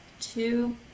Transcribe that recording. two